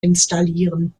installieren